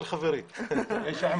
רצים